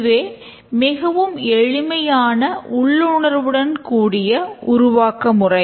இதுவே மிகவும் எளிமையான உள்ளுணர்வுடன் கூடிய உருவாக்க முறை